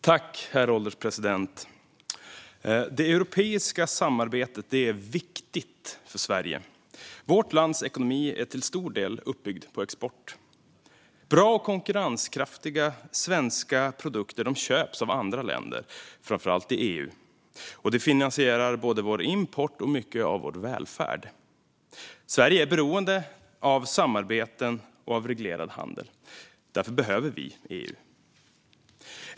Herr ålderspresident! Det europeiska samarbetet är viktigt för Sverige. Vårt lands ekonomi är till stor del uppbyggd på export. Bra och konkurrenskraftiga svenska produkter köps av andra länder, framför allt i EU, och det finansierar både vår import och mycket av vår välfärd. Sverige är beroende av samarbeten och en reglerad handel. Därför behöver vi EU.